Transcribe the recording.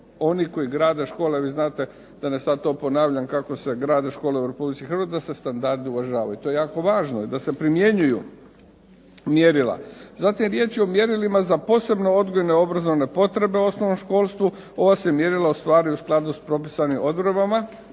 oni koji grade škole, vi znate da ne sad to ponavljam kako se grade škole u Republici Hrvatskoj, da se standardi uvažavaju. To je jako važno. I da se primjenjuju mjerila. Zatim je riječ o mjerilima za posebno odgojno obrazovne potrebe u osnovnoškolstvu, ova se mjerila ostvaruju u skladu s propisanim odredbama,